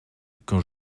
quand